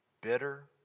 bitter